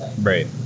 Right